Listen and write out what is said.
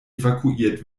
evakuiert